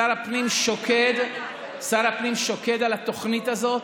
שר הפנים שוקד על התוכנית הזאת